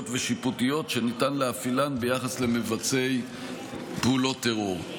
ושיפוטיות שניתן להפעילן ביחס למבצעי פעולות טרור.